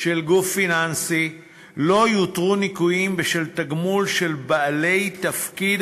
של גוף פיננסי לא יותרו ניכויים בשל תגמול של בעלי תפקיד